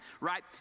right